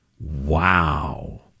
Wow